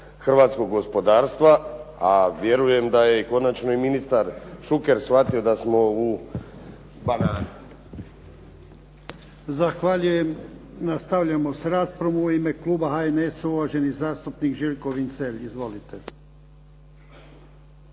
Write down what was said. hrvatskog gospodarstva, a vjerujem da je konačno i ministar Šuker shvatio da smo u banani. **Jarnjak, Ivan (HDZ)** Zahvaljujem. Nastavljamo s raspravom. U ime kluba HNS-a, uvaženi zastupnik Željko Vincelj. Izvolite.